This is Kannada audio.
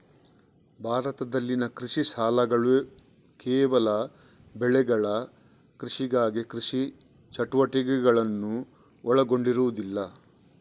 ಭಾರತದಲ್ಲಿನ ಕೃಷಿ ಸಾಲಗಳುಕೇವಲ ಬೆಳೆಗಳ ಕೃಷಿಗಾಗಿ ಕೃಷಿ ಚಟುವಟಿಕೆಗಳನ್ನು ಒಳಗೊಂಡಿರುವುದಿಲ್ಲ